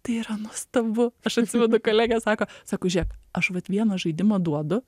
tai yra nuostabu aš atsimenu kolegė sako sako žiūrėk aš vat vieną žaidimą duodu